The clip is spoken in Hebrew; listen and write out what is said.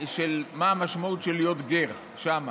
של מה המשמעות של להיות גר שם,